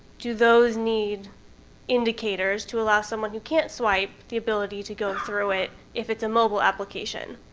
do those need indicators to allow someone who can't swipe the ability to go through it, if it's a mobile application?